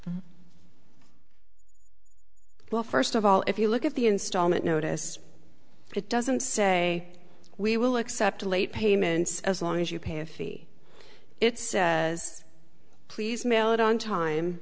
much well first of all if you look at the installment notice it doesn't say we will accept late payments as long as you pay a fee it says please mail it on time